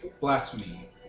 blasphemy